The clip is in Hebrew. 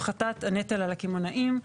הפחתת הנטל על הקמעונאים,